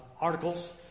articles